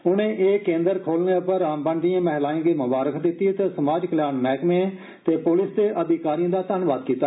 उनें एह् केन्द्र खोलने पर रामबन दिएं महिलाएं गी मुंबारक दिता ते समाज कल्याण मैहकमे ते पुलिस दे अधिकारिएं दा धन्नवाद कीता